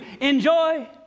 enjoy